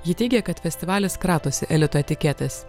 ji teigia kad festivalis kratosi elito etiketas